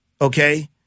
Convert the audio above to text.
okay